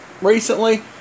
recently